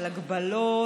על הגבלות,